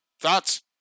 Thoughts